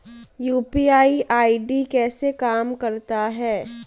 UPI ID कैसे काम करता है?